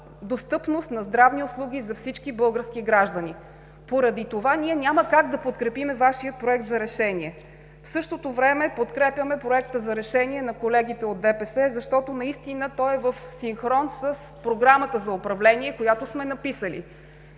достъпност на здравни услуги за всички български граждани поради това няма как да подкрепим Вашия Проект за решение. Подкрепяме Проекта за решение на колегите от ДПС, защото той наистина е в синхрон с Програмата за управление, която сме написали.